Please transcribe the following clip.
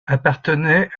appartenaient